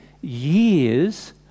years